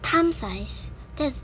thumb size that's